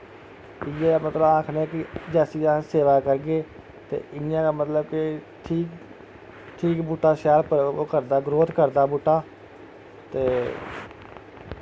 ते इ'यै मतलब कि आखने कि जैसी अस सेवा करगे ते इ'यां गै मतलब कि ठीक ठीक बूह्टा शैल ओह् करदा ग्रोथ करदा ऐ बूह्टा ते